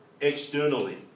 externally